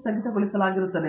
ಸ್ಥಗಿತಗೊಳಿಸಲಾಗಿರುತ್ತದೆ